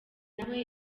nawe